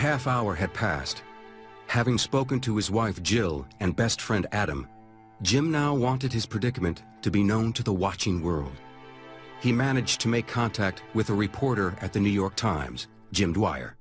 half hour had passed having spoken to his wife jill and best friend adam jim now wanted his predicament to be known to the watching world he managed to make contact with a reporter at the new york